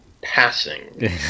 passing